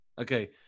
okay